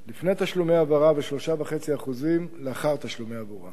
לפני תשלומי העברה ו-3.5% לאחר תשלומי העברה.